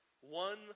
one